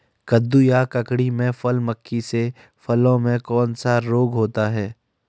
कद्दू या ककड़ी में फल मक्खी से फलों में कौन सा रोग होता है?